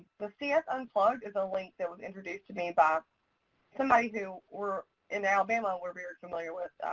the cs unplugged is a link that was introduced to me by somebody who we're in alabama, we're very familiar with,